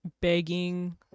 begging